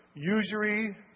Usury